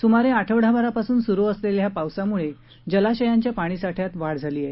सुमारे आठवडाभरापासून सुरू असलेल्या या पावसामुळे जलाशयांच्या पाणी साठ्यात मोठी वाढ झाली आहे